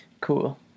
Cool